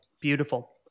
Beautiful